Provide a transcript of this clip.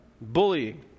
bullying